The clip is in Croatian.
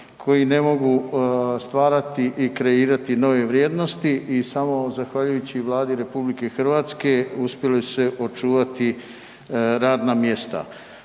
koji ne mogu stvarati i kreirati nove vrijednosti i samo zahvaljujući Vladi RH uspjela su se očuvati radna mjesta.